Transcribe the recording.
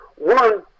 One